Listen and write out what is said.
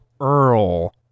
Earl